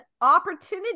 opportunity